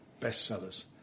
bestsellers